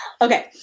Okay